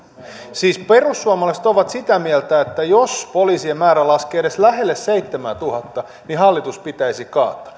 siis perussuomalaiset ovat sitä mieltä että jos poliisien määrä laskee edes lähelle seitsemäätuhatta niin hallitus pitäisi kaataa